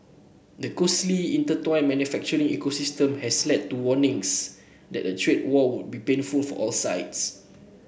the closely intertwined manufacturing ecosystem has led to warnings that a trade war would be painful for all sides